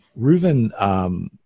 Reuven